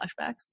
flashbacks